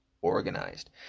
organized